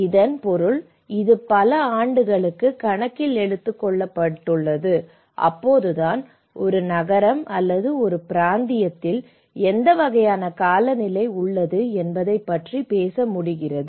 இதன் பொருள் இது பல ஆண்டுகளாக கணக்கில் எடுத்துக்கொள்ளப்பட்டுள்ளது அப்போதுதான் ஒரு நகரம் அல்லது ஒரு பிராந்தியத்தில் எந்த வகையான காலநிலை உள்ளது என்பதைப் பற்றி பேச முடிகிறது